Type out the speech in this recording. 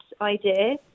idea